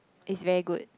is very good